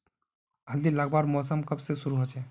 हल्दी लगवार मौसम कब से शुरू होचए?